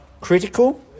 critical